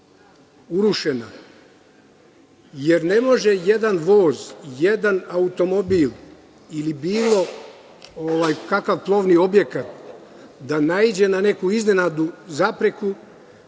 urušena, jer ne može jedan voz, jedan automobil ili bilo kakav plovni objekat da naiđe na neku iznenadnu zapreku